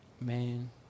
man